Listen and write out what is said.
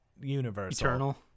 universal